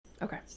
Okay